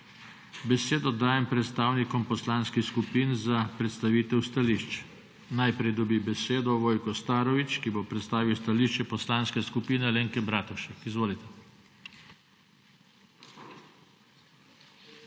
Besedo dajem predstavnikom poslanskih skupin za predstavitev stališč. Najprej dobi besedo Vojko Starović, ki bo predstavil stališče Poslanske skupine Stranke Alenke Bratušek. Izvolite.